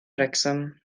wrecsam